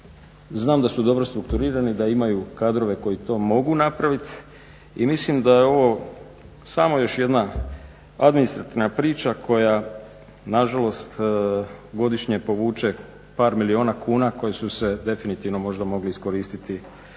znam da su dobro strukturirani, da imaju kadrove koji to mogu napraviti i mislim da je ovo samo još jedna administrativna priča koja nažalost godišnje povuče par milijuna kuna koje su se definitivno možda mogli iskoristiti u